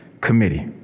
Committee